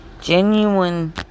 Genuine